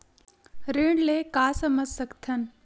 ऋण ले का समझ सकत हन?